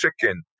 chicken